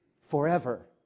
forever